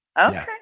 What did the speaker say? Okay